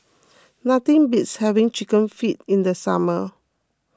nothing beats having Chicken Feet in the summer